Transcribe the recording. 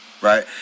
right